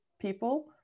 people